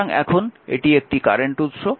সুতরাং এখন এটি একটি কারেন্ট উৎস